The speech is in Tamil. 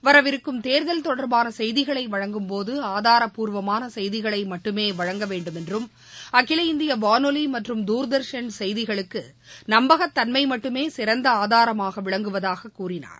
வரவிருக்கும் தேர்தல் தொடர்பான செய்திகளை வழங்கும்போது ஆதாரப்பூர்வமான செய்திகளை மட்டுமே வழங்கவேண்டும் என்றும் அகில இந்திய வானொலி மற்றும் தூர்தர்ஷன் செய்திகளுக்கு நம்பகத்தன்மை மட்டுமே சிறந்த ஆதாரமாக விளங்குவதாக கூறினார்